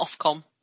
Ofcom